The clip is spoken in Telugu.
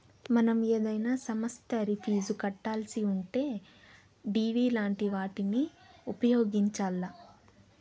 మనం ఏదైనా సమస్తరి ఫీజు కట్టాలిసుంటే డిడి లాంటి వాటిని ఉపయోగించాల్ల